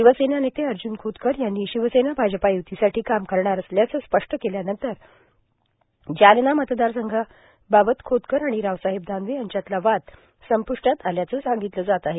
शिवसेना नेते अर्जून खोतकर यांनी शिवसेना आजपा य्तीसाठी काम करणार असल्याचं स्पष्ट केल्यानंतर जालना मतदार संघाबाबत खोतकर आणि रावसाहेब दानवे यांच्यातला वाद संप्ष्टात आल्याचं सांगितलं जात आहे